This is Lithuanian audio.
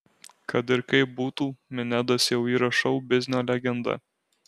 kad ir kaip būtų minedas jau yra šou biznio legenda